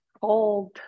cold